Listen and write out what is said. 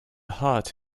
heart